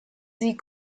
sie